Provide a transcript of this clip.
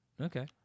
okay